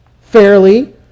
fairly